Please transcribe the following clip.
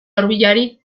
hurbilari